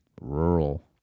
rural